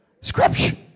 scripture